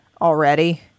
already